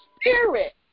spirit